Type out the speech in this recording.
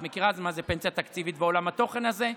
את מכירה מה זה פנסיה תקציבית בעולם התוכן הזה.